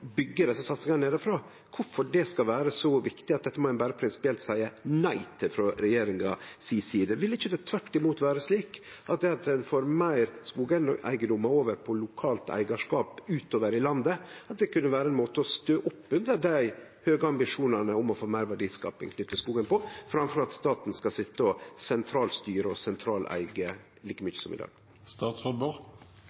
desse satsingane nedanfrå, skal vere så viktig at dette må ein berre prinsipielt seie nei til frå regjeringa si side. Ville det ikkje tvert imot vere slik at det at ein får meir skogeigedomar over på lokalt eigarskap utover i landet, kunne vere ein måte å stø opp under dei høge ambisjonane om å få meir verdiskaping knytt til skogen på, framfor at staten skal sitje og sentralstyre og sentraleige like